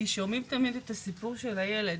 כי שומעים תמיד את הסיפור של הילד,